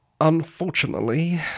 Unfortunately